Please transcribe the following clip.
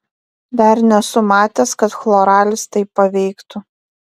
dar nesu matęs kad chloralis taip paveiktų